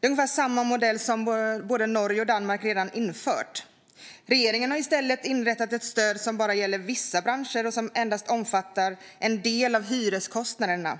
Det är ungefär samma modell som både Norge och Danmark redan infört. Regeringen har i stället inrättat ett stöd som bara gäller vissa branscher och som endast omfattar en del av hyreskostnaderna.